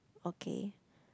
okay